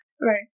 Right